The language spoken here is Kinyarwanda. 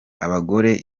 abagore